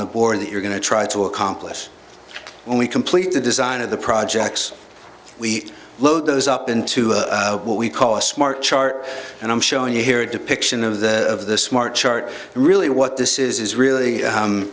the board that you're going to try to accomplish when we complete the design of the projects we load those up into what we call a smart chart and i'm showing you here a depiction of the of the smart chart really what this is is really